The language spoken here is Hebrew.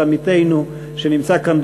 את עמיתנו שנמצא כאן,